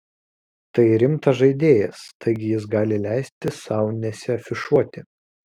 tai rimtas žaidėjas taigi jis gali leisti sau nesiafišuoti